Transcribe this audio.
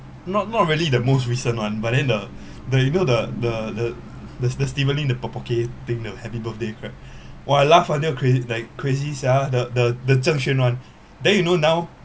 not not really the most recent one but then the the you know the the the the the steven lim the pok pok ke thing the happy birthday crab !wah! I laugh until cra~ like crazy sia the the the chen sheng one then you know now